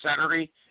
Saturday